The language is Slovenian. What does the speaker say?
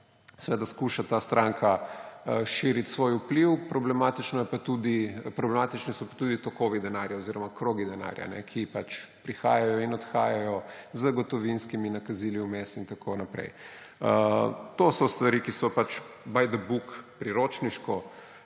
seveda skuša ta stranka širiti svoj vpliv. Problematični so pa tudi tokovi denarja oziroma krogi denarja, ki pač prihajajo in odhajajo, z gotovinskimi nakazili vmes in tako naprej. To so stvari, ki so pač by the book, priročniško